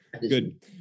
Good